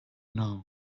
now